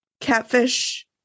catfish